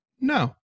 no